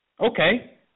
Okay